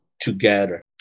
together